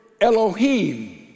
Elohim